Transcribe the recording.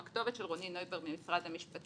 עם הכתובת של רוני נויבר ממשרד המשפטים,